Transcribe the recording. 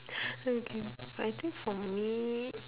okay I think for me